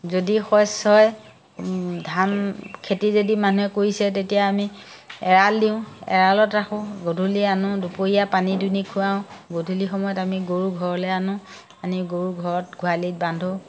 যদি শইচ হয় ধান খেতি যদি মানুহে কৰিছে তেতিয়া আমি এৰাল দিওঁ এৰালত ৰাখোঁ গধূলি আনোঁ দুপৰীয়া পানী দুনি খুৱাওঁ গধূলি সময়ত আমি গৰু ঘৰলৈ আনোঁ আনি গৰু ঘৰত গোহালিত বান্ধোঁ